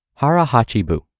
Harahachibu